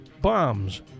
bombs